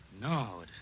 no